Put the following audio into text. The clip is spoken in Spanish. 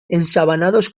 ensabanados